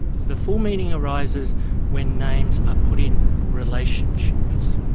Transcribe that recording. the full meaning arises when names are put in relationships.